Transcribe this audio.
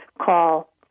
call